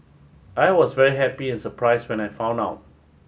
I was very happy and surprised when I found out